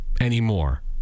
anymore